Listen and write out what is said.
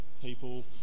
people